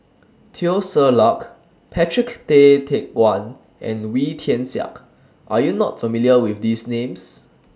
Teo Ser Luck Patrick Tay Teck Guan and Wee Tian Siak Are YOU not familiar with These Names